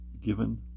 given